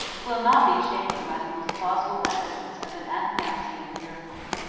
will not be shaken by the most plausible evidence of an athanasian miracle.